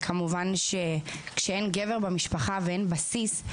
וכמובן כשאין גבר במשפחה ואין בסיס,